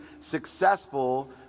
successful